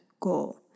goal